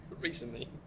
recently